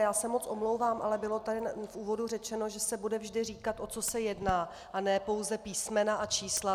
Já se moc omlouvám, ale bylo tady v úvodu řečeno, že se bude vždy říkat, o co se jedná, a ne pouze písmena a čísla.